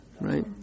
Right